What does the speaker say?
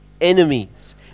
enemies